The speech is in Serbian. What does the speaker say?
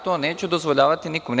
To neću dozvoljavati nikome.